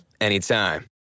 anytime